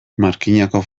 markinako